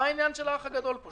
מה העניין של האח הגדול פה?